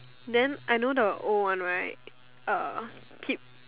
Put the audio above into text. then I know the old one right uh keep